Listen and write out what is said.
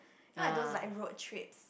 I don't like road trip